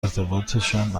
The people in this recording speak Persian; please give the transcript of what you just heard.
ارتباطشان